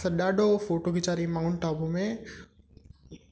असां ॾाढो फ़ोटो खिचाई माउंट आबू में